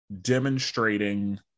demonstrating